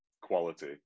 quality